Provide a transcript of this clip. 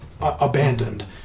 abandoned